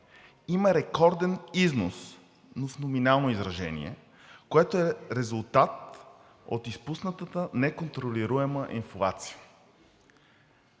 „Има рекорден износ, но с номинално изражение, което е резултат от изпуснатата неконтролируема инфлация.“